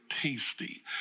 tasty